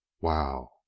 Wow